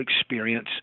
experience